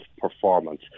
performance